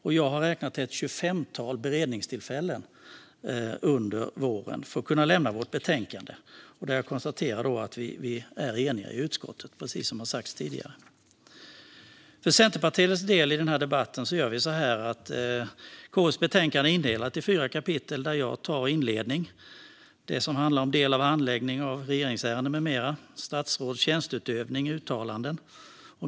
Jag har också räknat till ett tjugofemtal beredningstillfällen under våren för att vi ska kunna lämna vårt betänkande. Jag konstaterar, precis som har sagts här tidigare, att vi är eniga i utskottet. Från Centerpartiets sida delar vi upp den här debatten. KU:s betänkande är indelat i fyra kapitel. Jag tar Inledning, Handläggning av regeringsärenden m.m. och Statsråds tjänsteutövning: uttalanden.